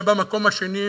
ובמקום השני,